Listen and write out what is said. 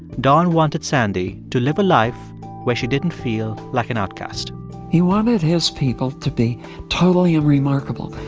don wanted sandy to live a life where she didn't feel like an outcast he wanted his people to be totally unremarkable,